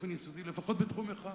באופן יסודי לפחות בתחום אחד,